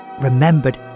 remembered